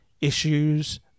issues